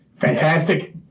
Fantastic